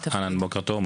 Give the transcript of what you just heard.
בוקר טוב,